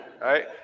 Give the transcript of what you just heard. right